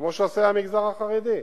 כמו שעושה המגזר החרדי.